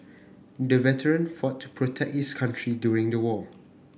the veteran fought to protect his country during the war